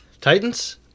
Titans